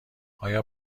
آیا